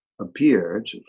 appeared